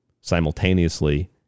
simultaneously